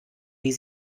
wie